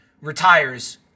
retires